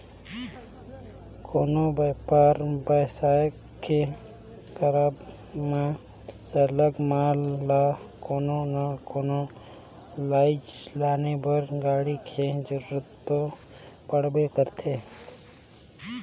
कोनो बयपार बेवसाय के करब म सरलग माल ल कोनो ना कोनो लइजे लाने बर गाड़ी के जरूरत तो परबे करथे